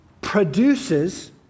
produces